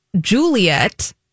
Juliet